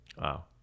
Wow